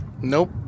Nope